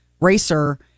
racer